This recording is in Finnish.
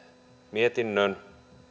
mietinnön